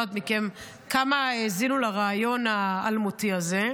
אני לא יודעת כמה מכם האזינו לריאיון האלמותי הזה,